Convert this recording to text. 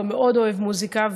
הוא גם מאוד אוהב מוזיקה,